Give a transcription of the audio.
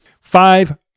Five